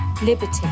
Liberty